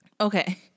Okay